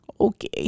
okay